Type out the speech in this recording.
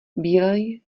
bílej